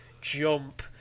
jump